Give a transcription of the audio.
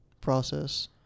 process